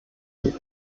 die